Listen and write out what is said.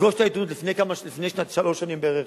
ב"פגוש את העיתונות" לפני שלוש שנים בערך,